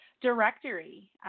directory